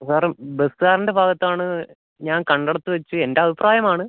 sir ബസ്സുകാരൻ്റെ ഭാഗത്താണ് ഞാൻ കണ്ടയിടത്ത് വെച്ച് എൻ്റെ അഭിപ്രായമാണ്